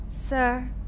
Sir